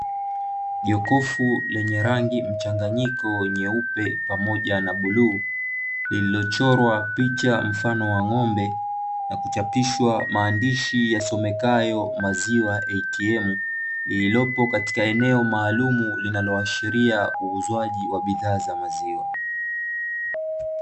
Jokofu lenye rangi mchanganyiko nyeupe pamoja na bluu, lililochorwa picha mfano wa ng'ombe na kuchapishwa maandishi yasomekayo maziwa ''ATM'', lililopo katika eneo maalumu llinaloashiria uuzwaji wa bidhaa za maziwa.